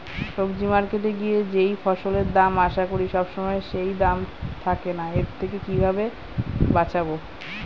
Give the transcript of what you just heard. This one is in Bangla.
সবজি মার্কেটে গিয়ে যেই ফসলের দাম আশা করি সবসময় সেই দাম থাকে না এর থেকে কিভাবে বাঁচাবো?